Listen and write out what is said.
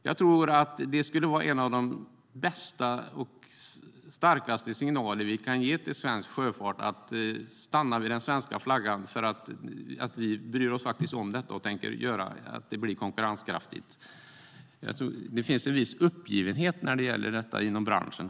Jag tror att det skulle bli en av de bästa och starkaste signaler vi kan ge till svensk sjöfart om att de ska stanna vid den svenska flaggan, för vi bryr oss om detta och tänker göra sjöfarten konkurrenskraftig. Det finns en viss uppgivenhet när det gäller detta inom branschen.